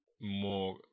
more